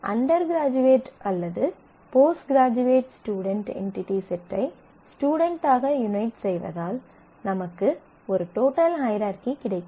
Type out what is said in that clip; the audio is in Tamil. அண்டர் க்ராஜூயேட் அல்லது postgraduate student entity set ஐ ஸ்டுடென்ட்டாக யூனைட் செய்வதால் நமக்கு ஒரு டோட்டல் ஹையரார்கீ கிடைக்கிறது